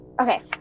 okay